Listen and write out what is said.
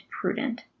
prudent